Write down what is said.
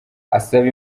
asaba